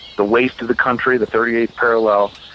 the waist of the country, the thirty eighth parallel.